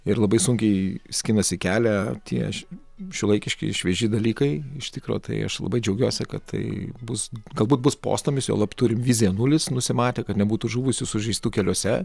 ir labai sunkiai skinasi kelią tie šiuolaikiški švieži dalykai iš tikro tai aš labai džiaugiuosi kad tai bus galbūt bus postūmis juolab turim viziją nulis nusimatę kad nebūtų žuvusių sužeistų keliuose